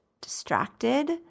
distracted